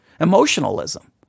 emotionalism